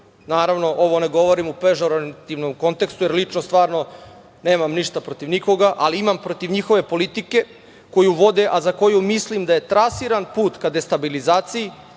Naravno, ovo ne govorim u pežorativnom kontekstu, jer lično stvarno nemam ništa protiv nikoga, ali imam protiv njihove politike koju vode, a za koju mislim da je trasiran put ka destabilizaciji,